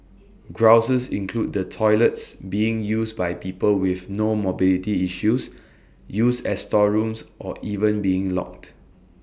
grouses include the toilets being used by people with no mobility issues used as storerooms or even being locked